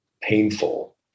painful